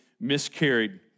miscarried